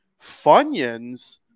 Funyuns